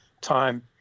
time